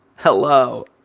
hello